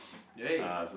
right